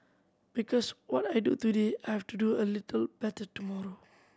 because what I do today I have to do a little better tomorrow